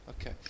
Okay